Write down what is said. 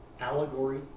allegory